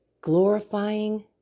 glorifying